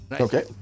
okay